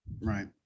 Right